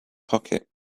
pocket